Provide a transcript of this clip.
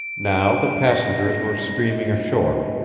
now the passengers were streaming ashore,